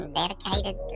dedicated